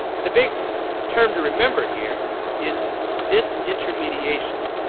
and the big term to remember here is disintermediation.